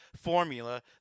formula